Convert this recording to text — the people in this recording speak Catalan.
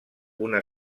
una